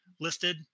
listed